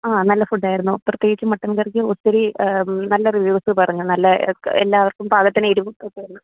ആ നല്ല ഫുഡ് ആയിരുന്നു പ്രത്യേകിച്ചും മട്ടൻ കറിക്ക് ഒത്തിരി നല്ല റിവ്യൂസ് പറഞ്ഞു നല്ല എല്ലാവർക്കും പാകത്തിന് എരിവും കൃത്യമായിരുന്നു